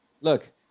Look